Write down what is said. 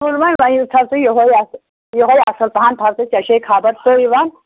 تُل وۄنۍ وۄنۍ تھاو ژٕ یِہوٚے اَتھ یِہوٚے اَصٕل پَہَم تھاو ژٕ ژےٚ چھے خبر ژٕے وَن